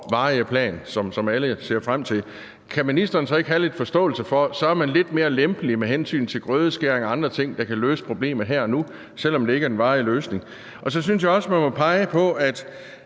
varige plan, som alle ser frem til, kan ministeren så ikke have lidt forståelse for, at man er lidt mere lempelig med hensyn til grødeskæring og andre ting, der kan løse problemet her og nu, selv om det ikke er den varige løsning? Så synes jeg også, man må pege på, at